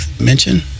mention